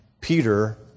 Peter